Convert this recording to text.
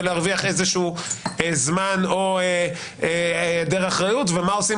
ולהרוויח איזשהו זמן או העדר אחריות; ומה עושים